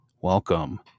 Welcome